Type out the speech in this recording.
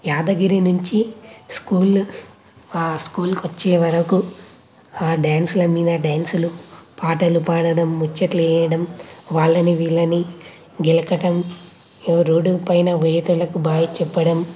యాదగిరి నుంచి స్కూల్ ఆ స్కూలుకొచ్చే వరకు డ్యాన్స్ల మీద డ్యాన్సుల మీద పాటలు పాడడం ముచ్చట్లు వేయడం వాళ్ళని వీళ్ళని గెలకటం రోడ్డుపైన పోయేటోళ్లకు బాయ్ చెప్పడం